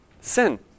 Sin